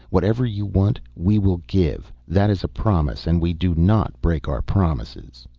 whatever you want we will give. that is a promise and we do not break our promises.